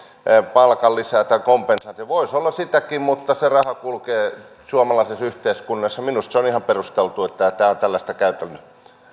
palkanlisä tai kompensaatio voi se olla sitäkin mutta se raha kulkee suomalaisessa yhteiskunnassa minusta se on ihan perusteltua että tämä tämä on tällaista